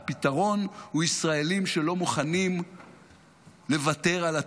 הפתרון הוא ישראלים שלא מוכנים לוותר על התקווה.